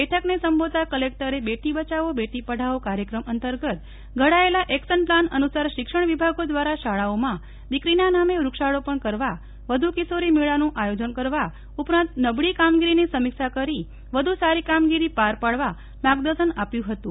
બેઠકને સંબોધતાં કલેક્ટરે બેટી બચાવો બેટી પઢાવો કાર્યક્રમ અંતર્ગત ઘડાયેલા એકશન પ્લાન અનુસાર શિક્ષણ વિભાગો દ્વારા શાળાઓમાં દીકરીના નામે વૃક્ષારોપણ કરવા વધુ કિશોરી મેળાનું આયોજન કરવા ઉપરાંત નબળી કામગીરીની સમીક્ષા કરી વધુ સારી કામગીરી પાર પાડવા માર્ગદર્શન આપ્યું હતું